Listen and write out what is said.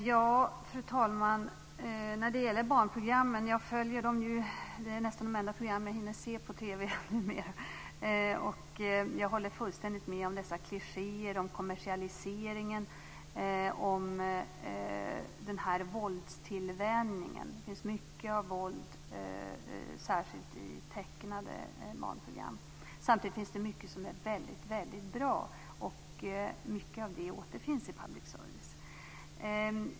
Fru talman! Barnprogrammen är nästan de enda programmen på TV som jag numera hinner se. Jag håller fullständigt med om dessa klichéer och om kommersialiseringen och den våldstillvänjning som finns. Det finns ju mycket våld - särskilt i tecknade barnprogram - men samtidigt finns det mycket som är väldigt bra, och mycket av det återfinns i public service.